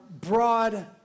broad